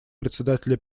председателя